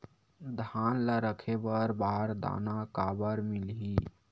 धान ल रखे बर बारदाना काबर मिलही?